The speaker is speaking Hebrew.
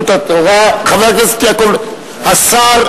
השר,